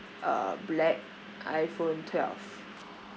uh black iphone twelve